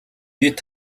бид